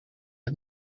het